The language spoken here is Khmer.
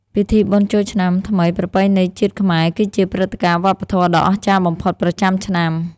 ពិធីបុណ្យចូលឆ្នាំថ្មីប្រពៃណីជាតិខ្មែរ គឺជាព្រឹត្តិការណ៍វប្បធម៌ដ៏អស្ចារ្យបំផុតប្រចាំឆ្នាំ។